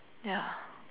ya